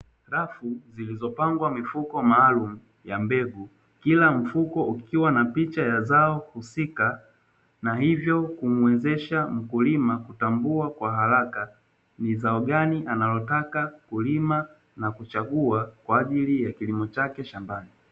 Rafu zilizopangwa mifuko maalumu ya mbegu kila mfuko ukiwa na picha ya zao husika na hivyo kumuwezesha, mkulima kutambua kwa haraka ni zao gani analotaka kulima na kuchagua kwa ajili ya kilimo chake shambani.